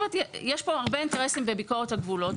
יש כאן הרבה אינטרסים בביקורת הגבולות